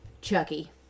Chucky